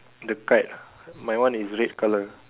the kite ah my one is red colour